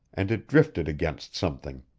and it drifted against something.